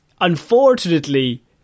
unfortunately